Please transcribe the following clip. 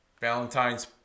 Valentine's